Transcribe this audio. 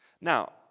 Now